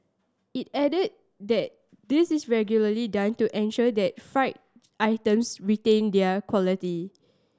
it added that this is regularly done to ensure that fried items retain their quality